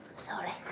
sorry.